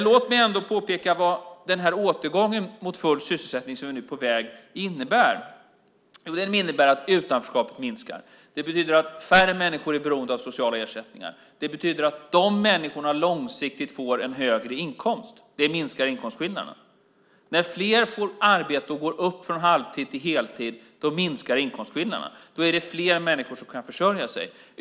Låt mig ändå påpeka vad den här återgången mot full sysselsättning som nu är på väg innebär. Den innebär att utanförskapet minskar. Det betyder att färre människor är beroende av sociala ersättningar. Det betyder att de människorna långsiktigt får en högre inkomst. Det minskar inkomstskillnaderna. När fler får arbete och går upp från halvtid till heltid minskar inkomstskillnaderna. Då är det fler människor som kan försörja sig.